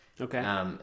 Okay